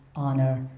honor,